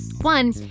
One